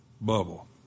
bubble